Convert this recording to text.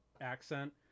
accent